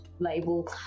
label